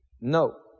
No